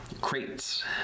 crates